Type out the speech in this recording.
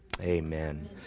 Amen